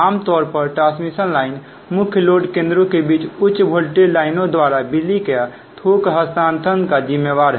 आमतौर पर transmission line मुख्य लोड केंद्रों के बीच उच्च वोल्टेज लाइनों द्वारा बिजली के थोक हस्तांतरण का जिम्मेवार है